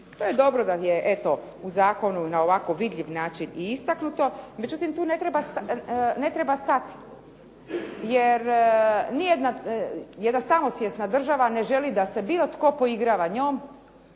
To je dobro da je eto u zakonu na ovako vidljiv način i istaknuto, međutim tu ne treba stati jer jedna samosvjesna država ne želi da se bilo tko poigrava njome